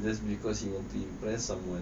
that's because he wants to impress someone